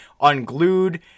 unglued